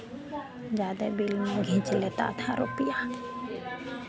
ज़्यादे बिल में खींच लेता था रुपैया